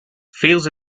feels